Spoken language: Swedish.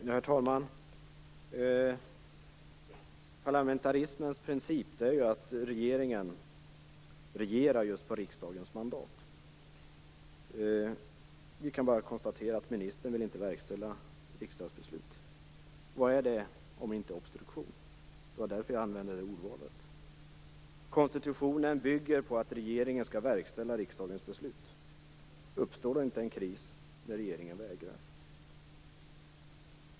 Herr talman! Parlamentarismens princip är att regeringen regerar på riksdagens mandat. Vi kan bara konstatera att ministern inte vill verkställa riksdagsbeslut. Vad är det om det inte är obstruktion? Det var därför jag använde det ordet. Konstitutionen bygger på att regeringen skall verkställa riksdagens beslut. Uppstår det då inte en kris när regeringen vägrar?